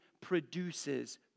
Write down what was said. produces